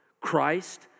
Christ